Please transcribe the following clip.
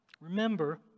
Remember